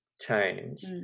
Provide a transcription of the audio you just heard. change